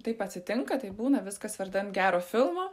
taip atsitinka taip būna viskas vardan gero filmo